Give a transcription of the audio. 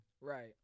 Right